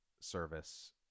service